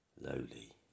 Lowly